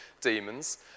demons